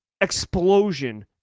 Explosion